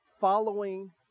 following